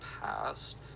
past